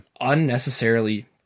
unnecessarily